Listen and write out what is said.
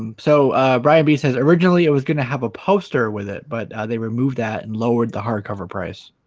um so bryan b says originally it was gonna have a poster with it but they removed that and lowered the hardcover price